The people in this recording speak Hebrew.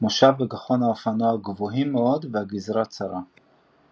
- מושב וגחון האופנוע גבוהים מאוד וגזרה צרה.